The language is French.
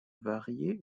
variée